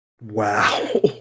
Wow